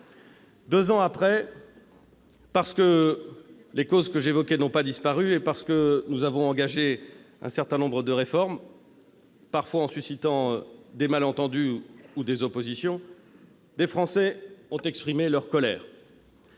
aux États-Unis. Parce que ces causes n'ont pas disparu et parce que nous avons engagé un certain nombre de réformes, parfois en suscitant des malentendus ou des oppositions, les Français ont exprimé leur colère.